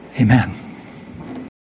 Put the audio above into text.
Amen